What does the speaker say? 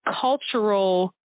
cultural